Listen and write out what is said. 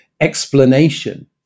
explanation